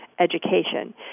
Education